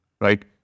Right